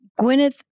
Gwyneth